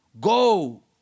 go